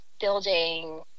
building